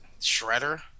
Shredder